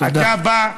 תודה.